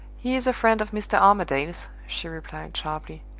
he is a friend of mr. armadale's, she replied sharply.